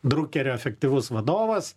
drukerio efektyvus vadovas